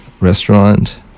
restaurant